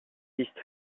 existe